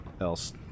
else